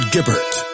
Gibbert